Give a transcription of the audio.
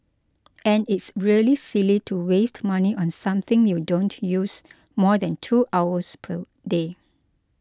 and it's really silly to waste money on something you don't use more than two hours per day